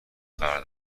قرار